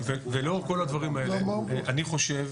ולאור כל הדברים האלה אני חושב